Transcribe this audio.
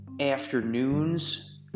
afternoons